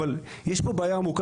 אבל יש פה בעיה עמוקה,